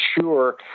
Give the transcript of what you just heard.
sure